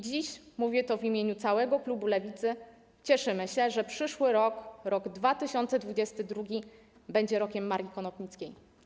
Dziś - mówię to w imieniu całego klubu Lewicy - cieszymy się, że przyszły rok, rok 2022, będzie rokiem Marii Konopnickiej.